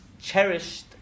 cherished